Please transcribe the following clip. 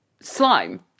Slime